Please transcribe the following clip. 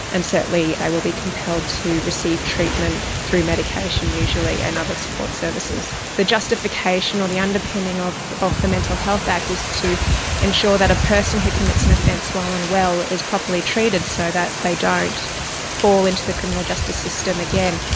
and certainly they will be compelled to receive treatment through medication, usually, and other support services. the justification or the underpinning of of the mental health act is to ensure that a person who commits an offense while unwell is properly treated so that they don't fall into the criminal justice system again.